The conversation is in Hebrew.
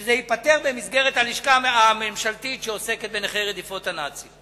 שזה ייפתר במסגרת הלשכה הממשלתית שעוסקת בנכי רדיפות הנאצים.